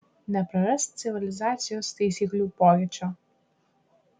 neprarask civilizacijos taisyklių pojūčio